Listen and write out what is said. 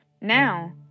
now